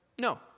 No